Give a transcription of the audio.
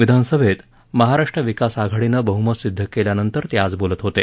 विधानसभेत महाराष्ट्र विकास आघाडीनं बहुमत सिद्ध केल्यानंतर ते आज बोलत होते